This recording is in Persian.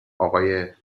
آقای